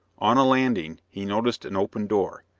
on a landing, he noticed an open door,